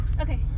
Okay